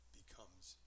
becomes